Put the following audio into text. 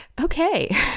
okay